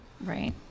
Right